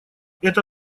это